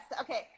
Okay